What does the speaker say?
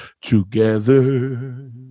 together